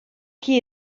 key